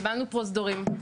קיבלנו פרוזדורים,